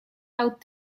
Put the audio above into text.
out